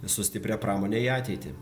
su stipria pramone į ateitį